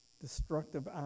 destructive